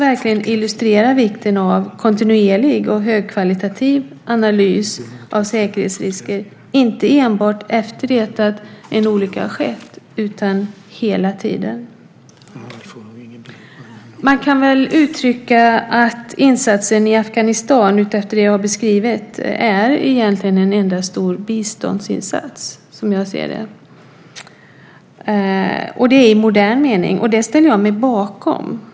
Den illustrerar vikten av kontinuerlig och högkvalitativ analys av säkerhetsrisker inte enbart efter det att en olycka har skett utan hela tiden. Man kan uttrycka att insatsen i Afghanistan, efter vad jag har beskrivit, egentligen är en enda stor biståndsinsats. Det är i modern mening.